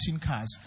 cars